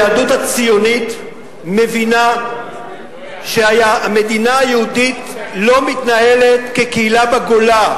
היהדות הציונית מבינה שהמדינה היהודית לא מתנהלת כקהילה בגולה,